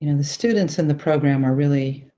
you know the students and the program are really,